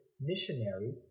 missionary